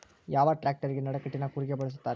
ಯಾವ ಟ್ರ್ಯಾಕ್ಟರಗೆ ನಡಕಟ್ಟಿನ ಕೂರಿಗೆ ಬಳಸುತ್ತಾರೆ?